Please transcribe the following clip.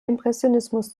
impressionismus